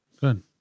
Good